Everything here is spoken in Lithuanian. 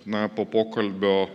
na po pokalbio